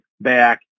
back